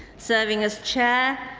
serving as chair,